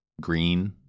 green